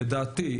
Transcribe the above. לדעתי,